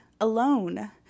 alone